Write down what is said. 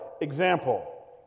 example